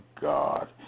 God